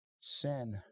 sin